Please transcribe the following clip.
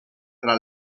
tra